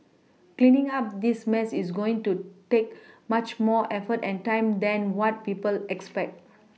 cleaning up this mess is going to take much more effort and time than what people expect